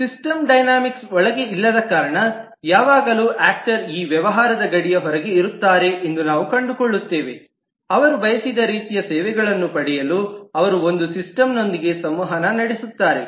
system dynamics ಒಳಗೆ ಇಲ್ಲದ ಕಾರಣ ಯಾವಾಗಲೂ ಆಕ್ಟರ್ ಈ ವ್ಯವಹಾರದ ಗಡಿಯ ಹೊರಗೆ ಇರುತ್ತಾರೆ ಎಂದು ನಾವು ಕಂಡುಕೊಳ್ಳುತ್ತೇವೆಅವರು ಬಯಸಿದ ರೀತಿಯ ಸೇವೆಗಳನ್ನು ಪಡೆಯಲು ಅವರು ಬಂದು ಸಿಸ್ಟಮ್ನೊಂದಿಗೆ ಸಂವಹನ ನಡೆಸುತ್ತಾರೆ